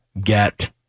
get